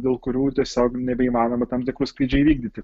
dėl kurių tiesiog nebeįmanoma tam tikrų skrydžių įvykdyti